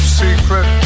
secret